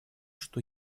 что